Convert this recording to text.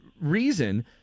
reason